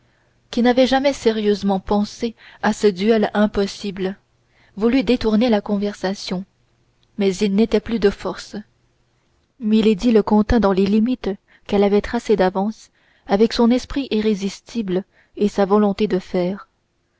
qui n'avait jamais sérieusement pensé à ce duel impossible voulut détourner la conversation mais il n'était plus de force milady le contint dans les limites qu'elle avait tracées d'avance avec son esprit irrésistible et sa volonté de fer